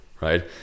right